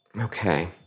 Okay